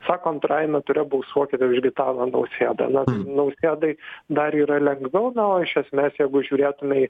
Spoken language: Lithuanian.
sako antrajame ture balsuokite už gitaną nausėdą na tai nausėdai dar yra lengviau na o iš esmės jeigu žiūrėtume į